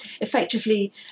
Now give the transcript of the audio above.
Effectively